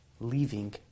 leaving